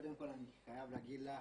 קודם כל אני חייב להגיד לך